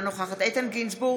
אינה נוכחת איתן גינזבורג,